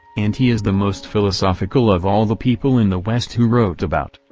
and he is the most philosophical of all the people in the west who wrote about,